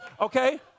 okay